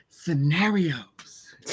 Scenarios